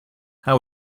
how